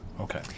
okay